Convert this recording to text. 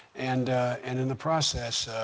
and and in the process,